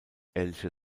elche